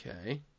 Okay